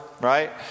right